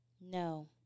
No